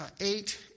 eight